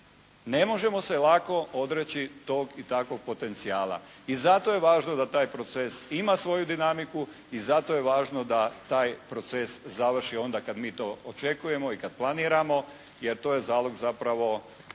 Ne možemo se lako odreći tog i takvog potencijala i zato je važno da taj proces ima svoju dinamiku i zato je važno da taj proces završi onda kad mi to očekujemo i kad planiramo, jer to je zalog zapravo